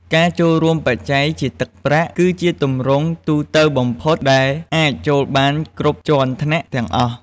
ការចូលរួមបច្ច័យជាទឹកប្រាក់ គឺជាទម្រង់ទូទៅបំផុតដែលអាចចូលបានគ្រប់ជាន់ថ្នាក់ទាំងអស់។